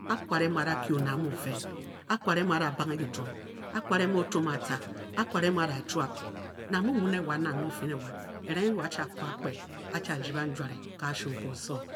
A-kware mu a da kye òné a mu ofe. a-kware mu a da a banghe kituom. a-kware mu o-tuom o. a-tca. a-kware mu a. da a chuap. nangmue mu ne wan nang muo-fii ne wan erenghe nyi wo-a-chi a-ko akpe a-chi a-rdi banjuare. ke kashu nke oso.